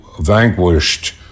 vanquished